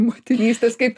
motinystės kaip